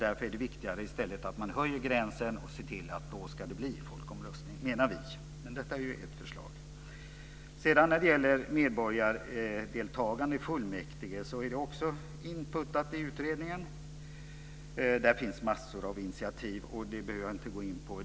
Därför är det viktigt att gränsen höjs och att det, när gränsen är uppnådd, ska hållas folkomröstning. Frågan om medborgardeltagande i fullmäktige finns också med i utredningen. Här finns det förslag från alla partier, men dem behöver jag inte gå in på.